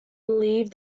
believe